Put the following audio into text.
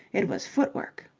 it was footwork.